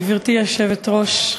גברתי היושבת-ראש,